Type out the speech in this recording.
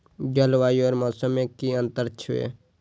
जलवायु और मौसम में कि अंतर छै?